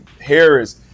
Harris